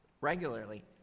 Regularly